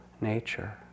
nature